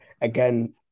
again